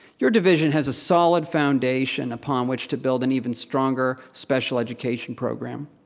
your division has a solid foundation upon which to build an even stronger special education program.